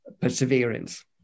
perseverance